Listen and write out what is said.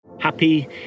Happy